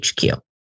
HQ